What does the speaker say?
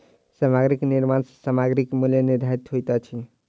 सामग्री के निर्माण सॅ सामग्रीक मूल्य निर्धारित होइत अछि